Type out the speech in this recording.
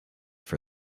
for